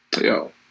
Yo